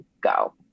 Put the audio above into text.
go